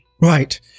Right